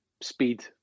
speed